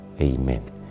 Amen